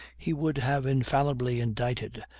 he would have infallibly indicted,